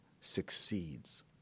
succeeds